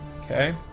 Okay